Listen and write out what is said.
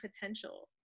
potential